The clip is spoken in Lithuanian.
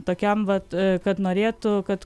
tokiam vat kad norėtų kad